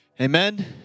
Amen